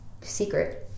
secret